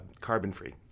carbon-free